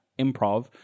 improv